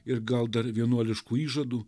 ir gal dar vienuoliškų įžadų